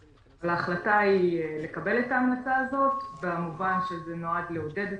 ההחלטה היא לקבל את ההמלצה הזאת במובן שזה נועד לעודד את